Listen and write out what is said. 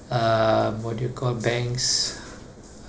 uh what do you call banks